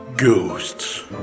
Ghosts